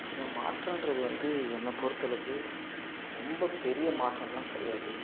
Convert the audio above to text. இந்த மாற்றம்றது வந்து என்ன பொருத்தளவுக்கு ரொம்ப பெரிய மாற்றமெல்லாம் கிடையாது